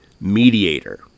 mediator